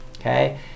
okay